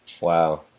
Wow